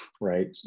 right